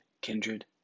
kindred